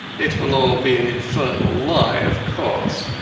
it will all be an infernal lie, of course,